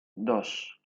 dos